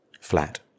flat